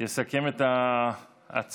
יסכם את ההצעה